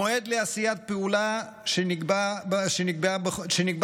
מועד לעשיית פעולה שנקבע בחוזה,